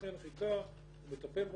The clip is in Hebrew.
אחרי הנחיתה הוא מטפל במטוס,